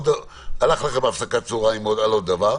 הלכה לכם הפסקת הצהריים על עוד דבר,